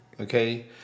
Okay